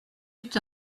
eut